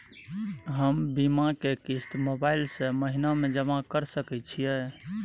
हम अपन बीमा के किस्त मोबाईल से महीने में जमा कर सके छिए?